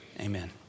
amen